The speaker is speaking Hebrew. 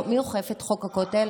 מי אוכף את חוק הכותל?